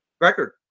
record